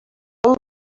dels